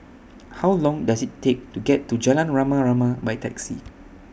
How Long Does IT Take to get to Jalan Rama Rama By Taxi